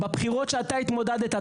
בבחירות שאתה התמודדת,